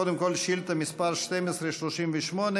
קודם כול שאילתה מס' 1238,